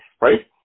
right